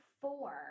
four